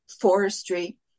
Forestry